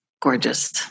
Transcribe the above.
gorgeous